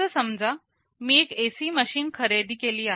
असं समजा मी एक एसी मशीन खरेदी केली आहे